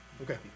Okay